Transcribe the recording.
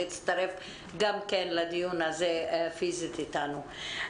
שהצטרף לדיון הזה פיזית אתנו.